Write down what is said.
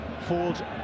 Ford